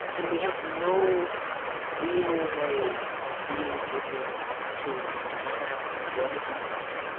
and we have no real way of being able to discern what is mine,